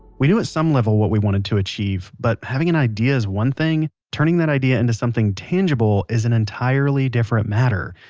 we knew at some level what we wanted to achieve. but having an idea is one thing. turning that idea into something tangible is an entirely different matter,